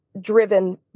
driven